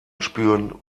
spüren